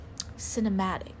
cinematic